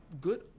Good